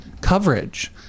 coverage